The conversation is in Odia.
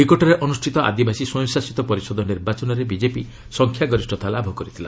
ନିକଟରେ ଅନୁଷ୍ଠିତ ଆଦିବାସୀ ସ୍ୱୟଂଶାସିତ ପରିଷଦ ନିର୍ବାଚନରେ ବିଜେପି ସଂଖ୍ୟା ଗରିଷ୍ଠତା ଲାଭ କରିଥିଲା